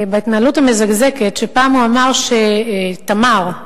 שפעם הוא אמר ש"תמר",